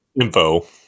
info